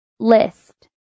List